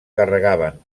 carregaven